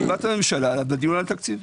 בישיבת הממשלה בדיון על התקציב.